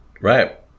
Right